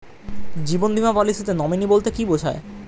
জীবন বীমা পলিসিতে নমিনি বলতে কি বুঝায়?